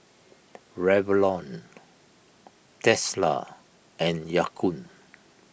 Revlon Tesla and Ya Kun